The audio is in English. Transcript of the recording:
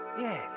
Yes